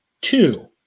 two